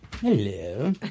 Hello